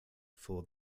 for